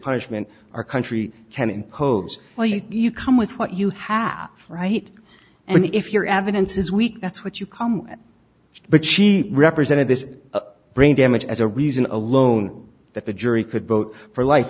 punishment our country can impose you come with what you have right and if your evidence is weak that's what you come but she represented this brain damage as a reason alone that the jury could vote for life